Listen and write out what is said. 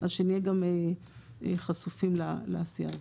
אז שנהיה גם חשופים לעשייה הזאת.